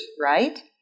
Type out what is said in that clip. right